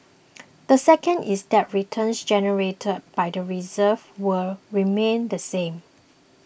the second is that returns generated by the reserves will remain the same